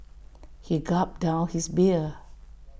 he gulped down his beer